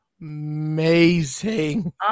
Amazing